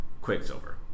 Quicksilver